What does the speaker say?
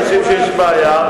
יש אנשים שיש אתם בעיה,